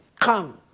come,